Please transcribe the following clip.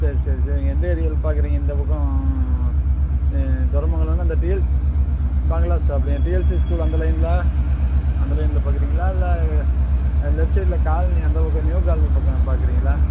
சரி சரி சேரி நீங்கள் எந்த ஏரியாவில் பார்க்கறீங்க எந்த பக்கம் பெருமங்கலோன்னா அந்த டிஎல் பங்களா ஸ்டாப்பில் என் டிஎல்சி ஸ்கூல் அந்த லைன் தான் அந்த லைனில் பார்க்கறீங்களா இல்லை லெஃப்ட் சைட்டில் காலனி அந்த பக்கம் நியூ காலனி பக்கம் பார்க்கறீங்களா